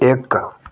ਇੱਕ